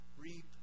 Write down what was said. reap